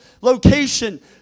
location